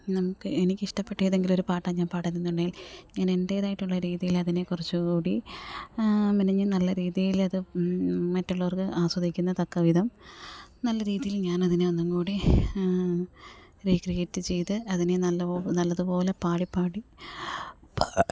നമുക്ക് എനിക്കിഷ്ടപ്പെട്ട ഏതെങ്കിലും ഒരു പാട്ടാണ് ഞാൻ പാടുന്നതെന്നുണ്ടെങ്കിൽ ഞാൻ എൻ്റേതായിട്ടുള്ള രീതിയിൽ അതിനെ കുറച്ചു കൂടി മെനഞ്ഞു നല്ല രീതിയിൽ അത് മറ്റുള്ളവർക്ക് ആസ്വദിക്കുന്ന തക്കവിധം നല്ല രീതിയിൽ ഞാൻ അതിനെ ഒന്നും കൂടി റീക്രീയേറ്റ് ചെയ്ത അതിനെ നല്ലതു പോ നല്ലതു പോലെ പാടി പാടി